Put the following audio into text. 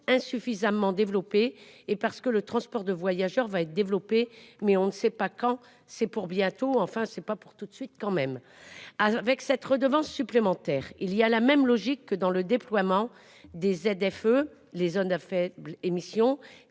insuffisamment développée et parce que le transport de voyageurs va être développé, mais on ne sait pas quand c'est pour bientôt. Enfin c'est pas pour tout de suite quand même. Avec cette redevance supplémentaire. Il y a la même logique que dans le déploiement des ZFE les zones à faibles émissions